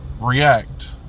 react